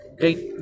great